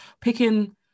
picking